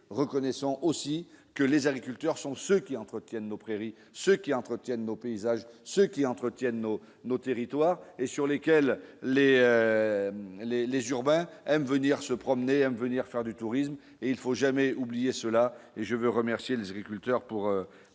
reconnaissons aussi que les agriculteurs sont ceux qui entretiennent nos prairies ceux qui entretiennent nos paysages ceux qui entretiennent au. Nos territoires et sur lesquels les, les, les urbains, M. venir se promener à venir faire du tourisme et il faut jamais oublier cela et je veux remercier les agriculteurs pour